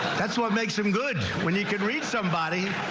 that's what makes him good when you can read somebody.